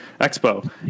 expo